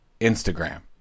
Instagram